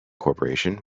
corporation